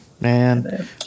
Man